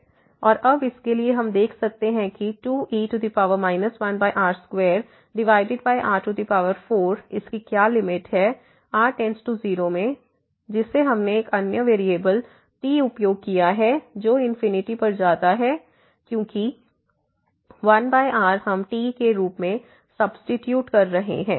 और अब इसके लिए हम देख सकते हैं कि 2e 1r2r4 इसकी क्या लिमिट है r→0 में जिसे हमने एक अन्य वेरिएबल t उपयोग किया है जो पर जाता है क्योंकि 1r हम t के रूप में सब्सीट्यूट कर रहे हैं